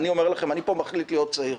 אני אומר לכם, אני פה מחליט להיות צעיר.